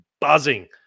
buzzing